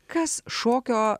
kas šokio